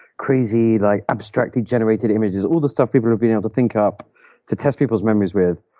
crazy like abstractly generated images, all the stuff people are being able to think up to test people's memories with.